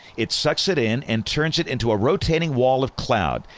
it sucks it in and turns it into a rotating wall of cloud,